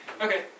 Okay